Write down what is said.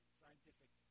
scientific